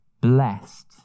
blessed